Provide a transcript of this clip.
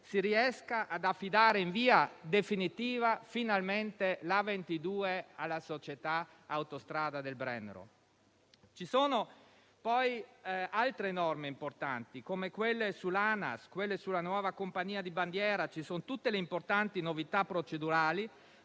si riesca ad affidare finalmente in via definitiva la A22 alla società Autostrada del Brennero. Vi sono, poi, altre norme importanti, come quelle su ANAS e sulla nuova compagnia di bandiera. Vi sono tutte le importanti novità procedurali